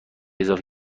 اضافه